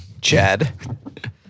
Chad